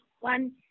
one